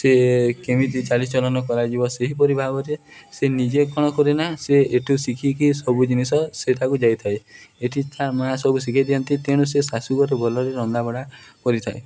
ସେ କେମିତି ଚାଲିଚଳନ କରାଯିବ ସେହିପରି ଭାବରେ ସେ ନିଜେ କ'ଣ କରେନା ସେ ଏଠୁ ଶିଖିକି ସବୁ ଜିନିଷ ସେଠାକୁ ଯାଇଥାଏ ଏଠି ତା ମାଆ ସବୁ ଶିଖେଇ ଦିଅନ୍ତି ତେଣୁ ସେ ଶାଶୁଘରେ ଭଲରେ ରନ୍ଧାବଢ଼ା କରିଥାଏ